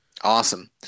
Awesome